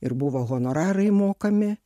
ir buvo honorarai mokami